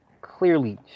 clearly